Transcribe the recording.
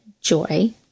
joy